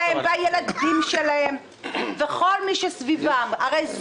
הילדים שלהם, זה כל מי שסביבם.